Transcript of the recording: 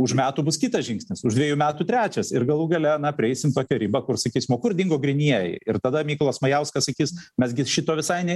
už metų bus kitas žingsnis už dvejų metų trečias ir galų gale na prieisim tokią ribą kur sakys kur dingo grynieji ir tada mykolas majauskas sakys mes gi šito visai ne